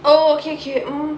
oh okay okay mmhmm